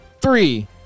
three